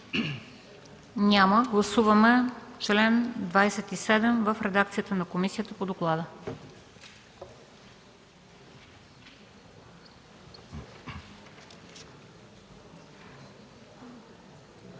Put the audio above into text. Няма. Гласуваме чл. 27 в редакцията на комисията по доклада.